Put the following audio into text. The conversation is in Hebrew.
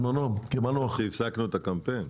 הפסקנו את הקמפיין.